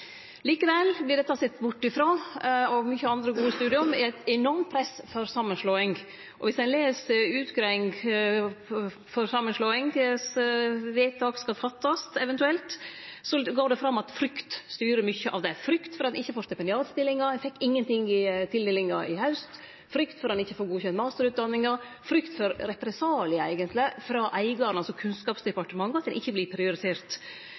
Likevel vert dette sett bort frå, og mykje andre endringar er eit enormt press for samanslåing. Om ein les utgreiinga for samanslåing, vedtak skal eventuelt fattast, går det fram at frykt styrer mykje av det – frykt for at ein ikkje får stipendiatstillingar, ein fekk ingenting ved tildelinga i haust, frykt for at ein ikkje får godkjent masterutdanninga, frykt for represaliar, eigentleg frå eigarane, altså Kunnskapsdepartementet, at ein ikkje vert prioritert.